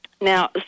Now